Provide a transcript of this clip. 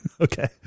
Okay